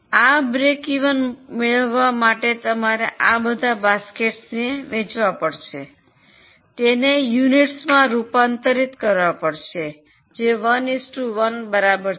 આ સમતૂર મેળવવા માટે આ બધા બાસ્કેટ્સને વેચવા પડશે તેને એકમોમાં રૂપાંતરિત કરવા પડશે જે 1 1 બરાબર છે